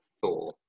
Thor